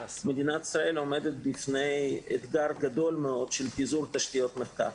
מדינת ישראל עומדת בפני אתגר גדול מאוד של פיזור תשתיות מחקר.